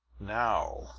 now,